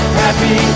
happy